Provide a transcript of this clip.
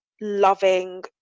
loving